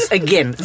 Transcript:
again